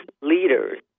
leaders